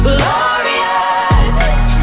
Glorious